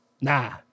Nah